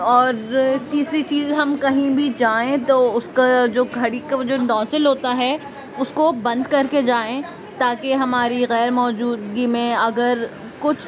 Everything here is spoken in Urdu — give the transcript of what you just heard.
اور تیسری چیز ہم کہیں بھی جائیں تو اس کا جو گھڑی کا جو نوزل ہوتا ہے اس کو بند کر کے جائیں تاکہ ہماری غیر موجودگی میں اگر کچھ